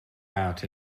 out